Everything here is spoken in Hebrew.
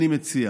אני מציע